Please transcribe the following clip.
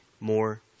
more